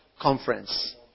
conference